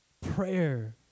prayer